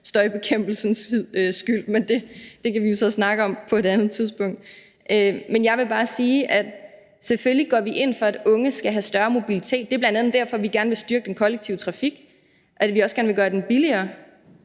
støjbekæmpelsens skyld, men det kan vi jo så snakke om på et andet tidspunkt. Men jeg vil bare sige, at selvfølgelig går vi ind for, at unge skal have større mobilitet. Det er bl.a. derfor, vi gerne vil styrke den kollektive trafik, og at vi også gerne vil gøre den billigere,